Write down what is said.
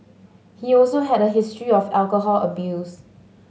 he also had a history of alcohol abuse